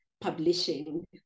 publishing